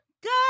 Good